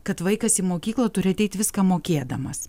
kad vaikas į mokyklą turi ateit viską mokėdamas